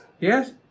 Yes